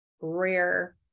rare